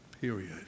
period